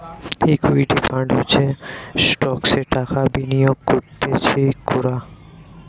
equity fund হচ্ছে স্টকসে টাকা বিনিয়োগ করতিছে কোরা